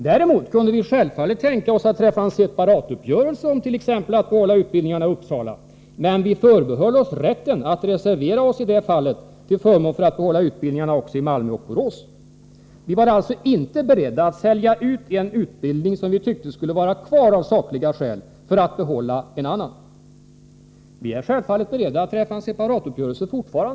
Däremot kunde vi självfallet tänka oss att träffa en separatuppgörelse, t.ex. om att behålla utbildningarna i Uppsala, men vi förbehöll oss rätten att reservera oss i det fallet till förmån för att behålla utbildningarna också i Malmö och Borås. Vi var inte beredda att sälja ut en utbildning, som vi tyckte skulle vara kvar av sakliga skäl, för att få behålla en annan. Vi är självfallet fortfarande beredda att träffa en separatuppgörelse.